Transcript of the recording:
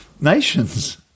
nations